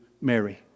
Mary